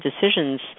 decisions